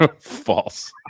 False